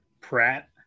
Pratt